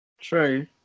True